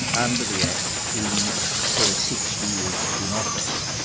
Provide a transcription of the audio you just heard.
under the act in her six years in office.